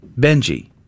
Benji